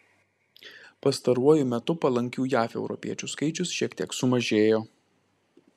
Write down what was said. pastaruoju metu palankių jav europiečių skaičius šiek tiek sumažėjo